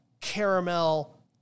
caramel